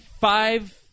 five